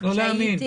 --- לא להאמין.